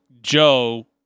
Joe